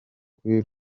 kuri